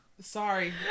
Sorry